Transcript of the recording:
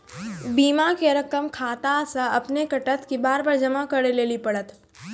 बीमा के रकम खाता से अपने कटत कि बार बार जमा करे लेली पड़त?